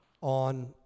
on